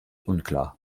unklar